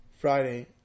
Friday